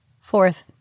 Fourth